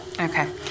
Okay